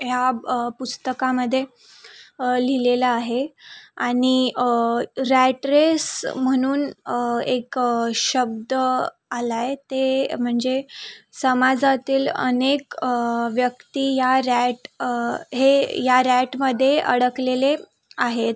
ह्या पुस्तकामध्ये लिहिलेलं आहे आणि रॅट रेस म्हणून एक शब्द आला आहे ते म्हणजे समाजातील अनेक व्यक्ती या रॅट हे या रॅटमध्ये अडकलेले आहेत